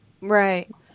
Right